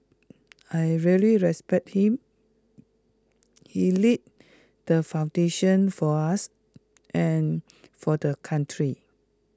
I really respect him he laid the foundation for us and for the country